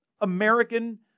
American